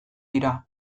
dira